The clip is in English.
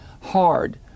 hard